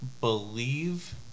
believe